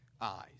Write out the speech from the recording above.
eyes